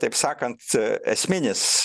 taip sakant esminis